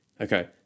Okay